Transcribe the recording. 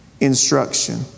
instruction